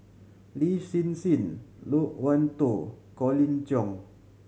Lin Hsin Hsin Loke Wan Tho Colin Cheong